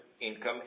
income